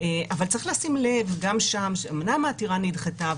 אבל צריך לשים לב גם שם שאומנם העתירה נדחתה,